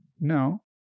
no